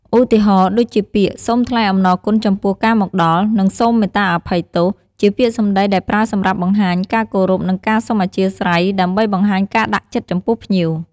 ឧទាហរណ៍ ដូចជាពាក្យ "សូមថ្លែងអំណរគុណចំពោះការមកដល់" និង "សូមមេត្តាអភ័យទោស" ជាពាក្យសម្តីដែលប្រើសម្រាប់បង្ហាញការគោរព និងការសុំអធ្យាស្រ័យ ដើម្បីបង្ហាញការដាក់ចិត្តចំពោះភ្ញៀវ